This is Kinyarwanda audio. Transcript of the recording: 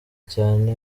cyane